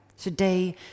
Today